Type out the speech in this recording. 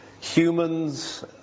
humans